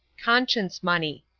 conscience-money.